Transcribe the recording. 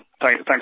Thanks